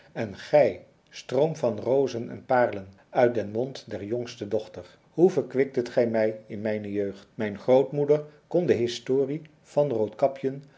en gij stroom van rozen en paarlen uit den mond der jongste dochter hoe verkwiktet gij mij in mijne jeugd mijn grootmoeder kon de historie van roodkapjen